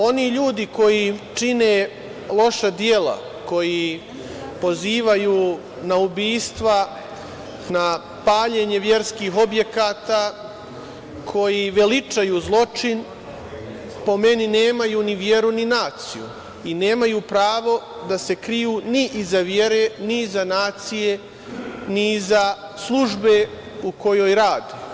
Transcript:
Oni ljudi koji čine loša dela, koji pozivaju na ubistva, na paljenje verskih objekata, koji veličaju zločin, po meni, nemaju ni veru ni naciju i nemaju pravo da se kriju ni iza vere, ni iza nacije, ni iza službe u kojoj rade.